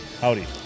Howdy